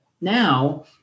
now